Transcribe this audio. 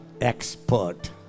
expert